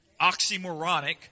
oxymoronic